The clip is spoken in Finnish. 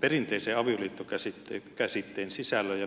perinteisen avioliittokäsitteen sisällön ja merkityksen muuttumiseen